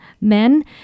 men